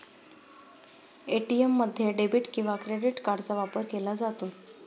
ATM मध्ये debit किंवा credit कार्डचा वापर केला जातो